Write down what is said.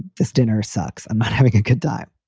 this dinner sucks. i'm not having a good time.